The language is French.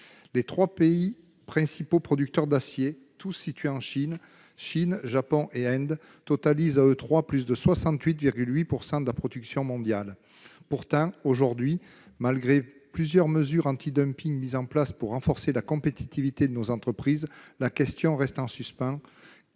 Les trois principaux pays producteurs d'aciers, tous situés en Asie- il s'agit de la Chine, du Japon et de l'Inde -, totalisent plus de 68,8 % de la production mondiale. Pourtant, aujourd'hui, malgré plusieurs mesures anti-dumping mises en place pour renforcer la compétitivité de nos entreprises, la question reste en suspens